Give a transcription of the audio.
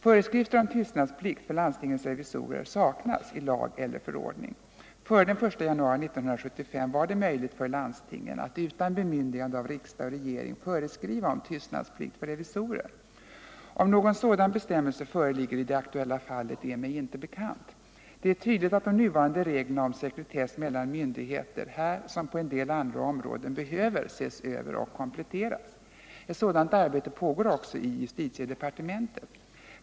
Föreskrifter om tystnadsplikt för landstingens revisorer saknas i lag eller förordning. Före den 1 januari 1975 var det möjligt för landstingen att utan bemyndigande av riksdag och regering föreskriva om tystnadsplikt för revisorer. Om någon sådan bestämmelse föreligger i det aktuella fallet är mig inte bekant. Det är tydligt att de nuvarande reglerna om sekretess mellan myndigheter här som på en del andra områden behöver ses över och kompletteras. Ett sådant arbete pågår också i justitiedepartementet.